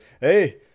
Hey